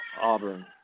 Auburn